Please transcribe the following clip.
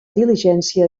diligència